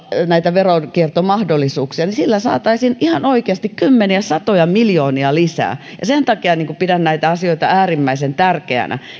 veronkiertomahdollisuuksia sillä saataisiin ihan oikeasti kymmeniä satoja miljoonia lisää sen takia pidän näitä asioita äärimmäisen tärkeinä